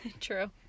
True